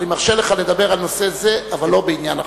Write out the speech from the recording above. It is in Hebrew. אני מרשה לך לדבר בנושא זה, אבל לא בעניין החוק.